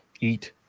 eat